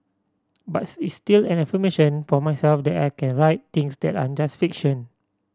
but it's still an affirmation for myself that I can write things that aren't just fiction